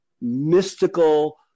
mystical